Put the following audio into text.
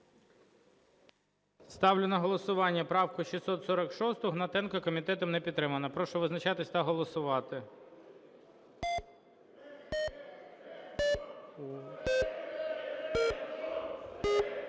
Ставлю на голосування правку 646 Гнатенка. Комітетом не підтримана. Прошу визначатись та голосувати.